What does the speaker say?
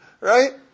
right